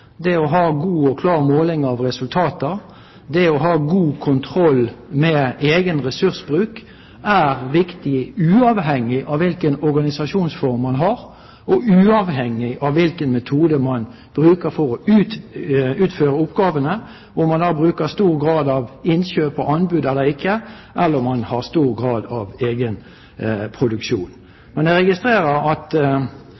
det å ha klare mål, det å ha god og klar måling av resultater og det å ha god kontroll med egen ressursbruk er viktig, uavhengig av hvilken organisasjonsform man har, og uavhengig av hvilken metode man bruker for å utføre oppgavene – om man har stor grad av